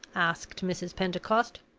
asked mrs. pentecost.